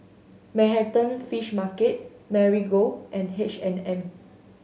Manhattan Fish Market Marigold and H and M